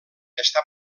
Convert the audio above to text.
està